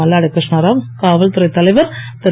மல்லாடி கிருஷ்ணராவ் காவல்துறை தலைவர் திரு